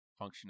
functionality